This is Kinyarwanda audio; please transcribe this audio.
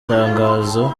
tangazo